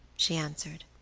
she answered.